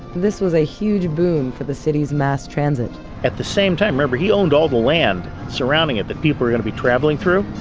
this was a huge boom for the city's mass transit at the same time, remember, he owned all the land surrounding it, the people are going to be travelling through,